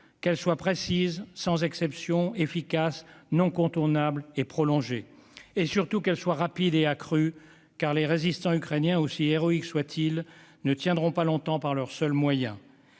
qu'elles soient précises, sans exception, efficaces, non contournables et prolongées, et surtout qu'elles soient rapides et accrues car les résistants ukrainiens, aussi héroïques soient-ils, ne tiendront pas longtemps par leurs seuls moyens.